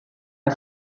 are